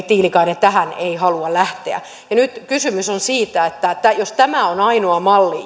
tiilikainen tähän ei halua lähteä nyt kysymys on siitä että että jos tämä on ainoa malli